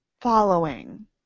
following